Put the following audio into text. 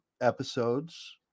episodes